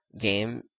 game